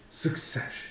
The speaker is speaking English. Succession